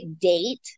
date –